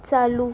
चालू